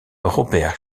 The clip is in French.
robert